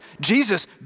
Jesus